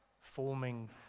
forming